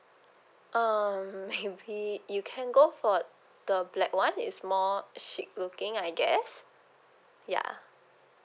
um maybe you can go for the black [one] is more chic looking I guess ya